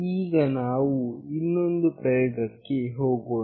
ಈಗ ನಾವು ಇನ್ನೊಂದು ಪ್ರಯೋಗಕ್ಕೆ ಹೋಗೋಣ